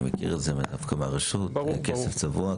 אני מכיר את זה מהרשות כסף צבוע,